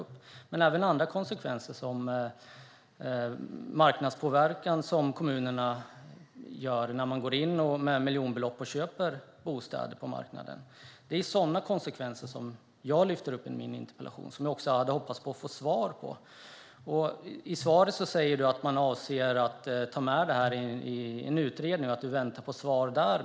Det handlar även om andra konsekvenser, till exempel den marknadspåverkan som kommunerna gör när de går in med miljonbelopp och köper bostäder på marknaden. Det är sådana konsekvenser som jag lyfter upp i min interpellation. Jag hade hoppats på att jag skulle få svar på detta. I svaret säger du att man avser att ta med detta i en utredning och att du väntar på svar.